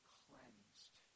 cleansed